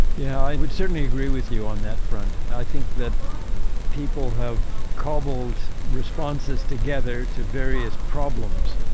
yeah, i would certainly agree with you on that front. i think that people have cobbled responses together to various problems.